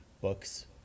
books